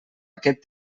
aquest